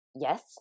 yes